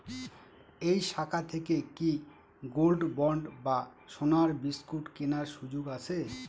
এই শাখা থেকে কি গোল্ডবন্ড বা সোনার বিসকুট কেনার সুযোগ আছে?